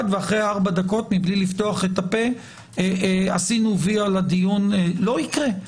ואחרי ארבע דקות מבלי לפתוח את הפה עשינו וי על הדיון לא יקרה.